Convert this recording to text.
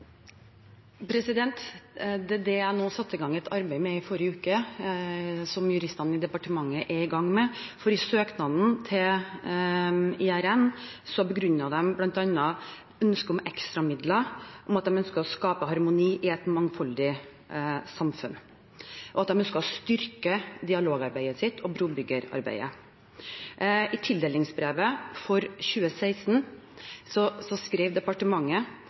i gang med, for i søknaden fra IRN begrunnet de ønsket om ekstra midler bl.a. med at de ønsket å skape harmoni i et mangfoldig samfunn, og at de ønsket å styrke dialogarbeidet og brobyggerarbeidet sitt. I tildelingsbrevet for 2016